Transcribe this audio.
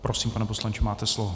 Prosím, pane poslanče, máte slovo.